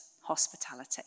hospitality